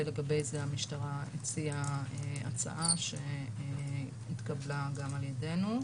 ולגבי זה המשטרה הציעה הצעה שהתקבלה גם על ידינו.